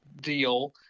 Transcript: deal